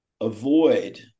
avoid